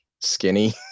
skinny